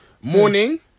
Morning